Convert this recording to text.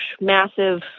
massive